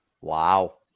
Wow